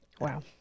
Wow